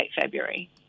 February